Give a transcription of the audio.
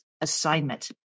assignment